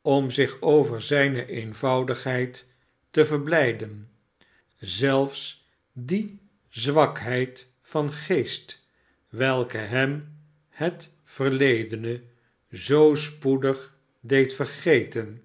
om zich over zijne eenvoudigheid te verblijden zelfs die zwakheid van geest welke hem het verledene zoo spoedig deed vergeten